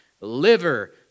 liver